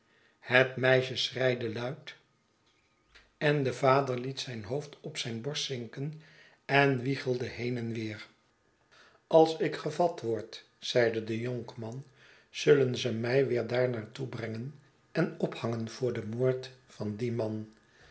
het meisje schreide luid en de vader lietzijn de dood eens dronkaabds i hoofd op zyn borst zinken en aviegelde been en weer als ik gevat word zeide dejonkman zullen ze mij weer daar naar toe brengen en ophangen voor den moord van dien man